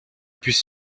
puisse